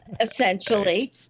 essentially